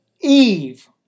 Eve